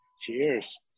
Cheers